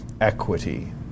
equity